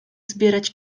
zbierać